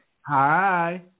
Hi